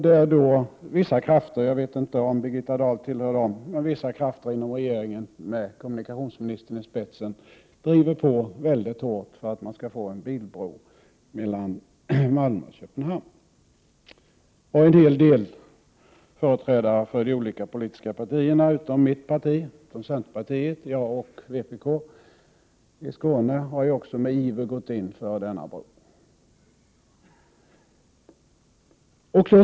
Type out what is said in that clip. Vissa i regeringen — jag vet inte om Birgitta Dahl tillhör dem — med kommunikationsministern i spetsen driver på väldigt hårt för att det skall bli en bilbro mellan Malmö och Köpenhamn. En hel del företrädare för de olika politiska partierna i Skåne, utom centern och vpk, har också med iver gått in för denna bro.